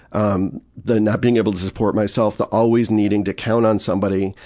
um the not being able to support myself, the always needing to count on somebody,